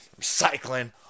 Recycling